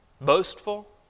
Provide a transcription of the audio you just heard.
boastful